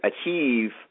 achieve